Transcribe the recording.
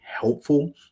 helpful